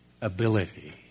ability